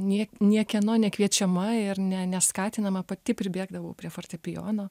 niek niekieno nekviečiama ir ne neskatinama pati pribėgdavau prie fortepijono